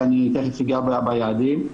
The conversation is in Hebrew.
ואני תכף אגע ביעדים,